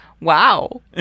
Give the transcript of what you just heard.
wow